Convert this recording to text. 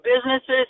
businesses